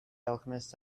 alchemist